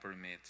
permits